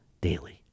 daily